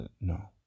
no